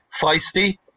feisty